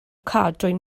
cadwyn